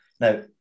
Now